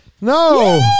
No